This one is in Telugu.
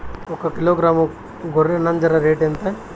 ఒకకిలో గ్రాము గొర్రె నంజర రేటు ఎంత?